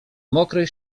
mokrej